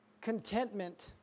Contentment